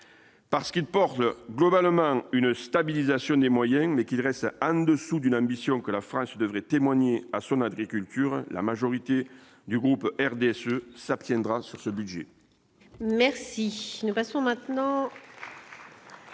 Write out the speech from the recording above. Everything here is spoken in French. Parce qu'il portait globalement une stabilisation des moyens mais qui dresse à dessous d'une ambition que la France devrait témoigner à son agriculture, la majorité du groupe RDSE s'abstiendra sur ce budget. Merci. Nous passons maintenant.